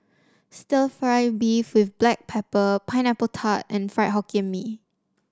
stir fry beef with Black Pepper Pineapple Tart and Fried Hokkien Mee